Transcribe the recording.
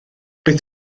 beth